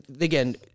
again